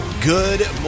Good